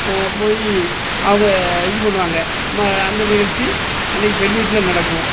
போய் அவங்க இது பண்ணுவாங்க மா அந்த நிகழ்ச்சி அன்றைக்கி பெண்ணு வீட்டில் நடக்கும்